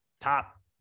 top